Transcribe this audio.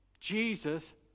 Jesus